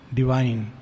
divine